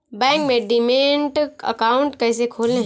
Bank में demat account कैसे खोलें?